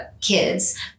kids